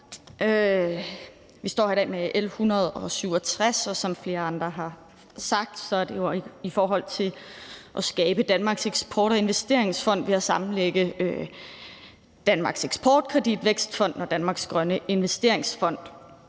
Vi står her i dag med L 167, og som flere andre har sagt, er det jo i forhold til at skabe Danmarks Eksport- og Investeringsfond ved at sammenlægge EKF Danmarks Eksportkredit, Vækstfonden og Danmarks Grønne Investeringsfond.